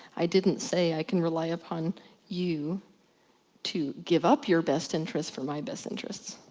i didn't say i can rely upon you to give up your best interests for my best interests.